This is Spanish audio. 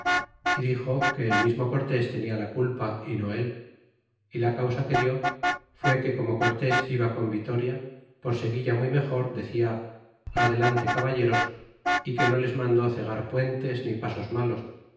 é dixo que el mismo cortes tenia la culpa y no él y la causa que dió fué que como cortés iba con vitoria por seguilla muy mejor decia adelante caballeros é que no les mandó cegar puentes ni pasos malos